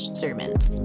sermons